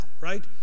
right